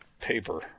paper